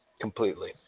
completely